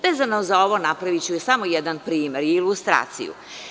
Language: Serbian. Vezano za ovo napraviću samo jedan primer i ilustraciju.